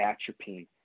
atropine